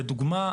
לדוגמא,